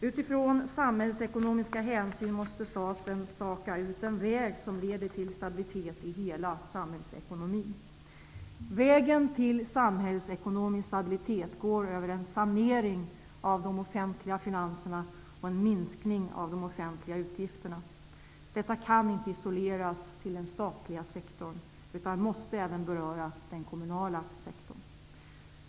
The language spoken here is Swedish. Utifrån samhällsekonomiska hänsyn måste staten staka ut en väg som leder till stabilitet i hela samhällsekonomin. Vägen till samhällsekonomisk stabilitet går över en sanering av de offentliga finanserna och en minskning av de offentliga utgifterna. Detta kan inte isoleras till den statliga sektorn, utan måste även beröra den kommunala sektorn.